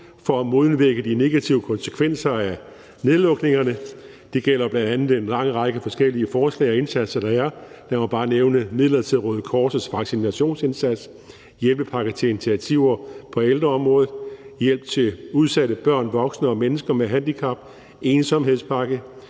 for at modvirke de negative konsekvenser af nedlukningerne. Det gælder bl.a. en lang række forskellige forslag og indsatser, der er. Lad mig bare nævne midler til Røde Kors' vaccinationsindsats, hjælpepakke til initiativer på ældreområdet, hjælp til udsatte børn, voksne og mennesker med handicap, ensomhedspakke,